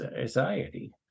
anxiety